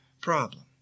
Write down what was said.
problem